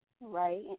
Right